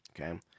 Okay